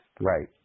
Right